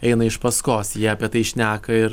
eina iš paskos jie apie tai šneka ir